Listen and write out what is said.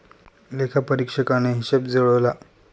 लेखापरीक्षकाने हिशेब जुळवला